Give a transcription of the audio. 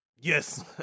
yes